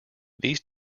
these